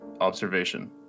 observation